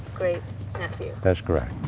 great nephew. that's correct.